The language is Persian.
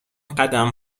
قدم